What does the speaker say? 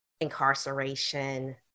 incarceration